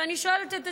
ואני שואלת את עצמי,